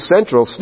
Central